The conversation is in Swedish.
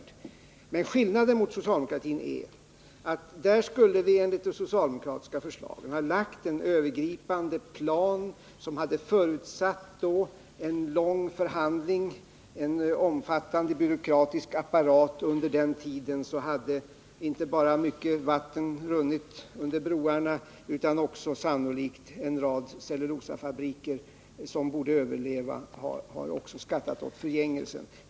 Vad som skiljer oss från socialdemokratin är att enligt det socialdemokratiska förslaget skulle det läggas fram en övergripande plan som hade förutsatt en lång förhandling och en omfattande byråkratisk apparat. Under den tiden hade inte bara mycket vatten runnit under broarna utan också sannolikt en rad cellulosafabriker, som bort överleva, skattat åt förgängelsen.